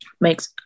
makes